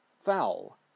foul